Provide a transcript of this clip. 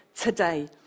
today